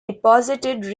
deposited